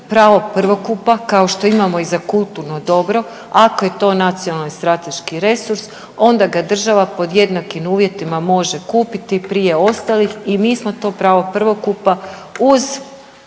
pravo prvokupa kao što imamo i za kulturno dobro, ako je to nacionalni i strateški resurs onda ga država pod jednakim uvjetima može kupiti prije ostalih i mi smo to pravo prvokupa uz